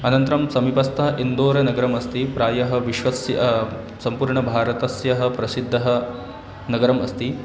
अनन्तरं समीपस्थम् इन्दोरनगरमस्ति प्रायः विश्वस्य सम्पूर्णभारतस्य प्रसिद्धं नगरम् अस्ति